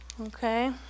okay